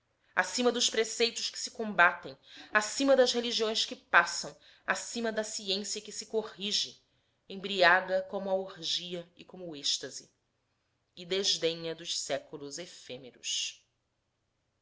acima dos preceitos que se combatem acima das religiões que passam acima da ciência que se corrige embriaga como a orgia e como o êxtase e desdenha dos séculos efêmeros